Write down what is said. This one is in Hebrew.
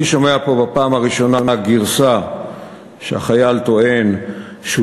אני שומע פה בפעם הראשונה גרסה שהחייל טוען שהוא